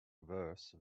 verse